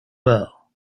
well